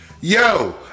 Yo